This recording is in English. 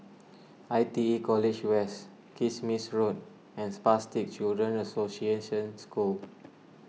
I T E College West Kismis Road and Spastic Children's Association School